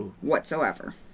whatsoever